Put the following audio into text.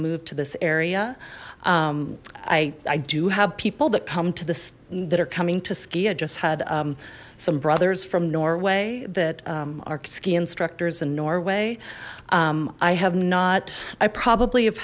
move to this area i i do have people that come to this that are coming to ski i just had some brothers from norway that are ski instructors in norway i have not i probably have